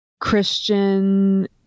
Christian